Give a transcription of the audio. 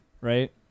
Right